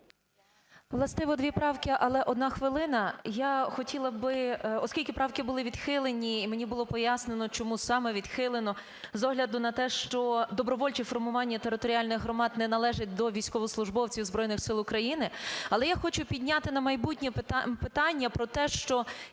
Властиво дві правки, але одна хвилина. Я хотіла би… Оскільки правки були відхилені і мені було пояснено, чому саме відхилено: з огляду на те, що добровольчі формування територіальних громад не належать до військовослужбовців Збройних Сил України. Але я хочу підняти на майбутнє питання про те, що